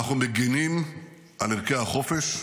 אנחנו מגנים על ערכי החופש,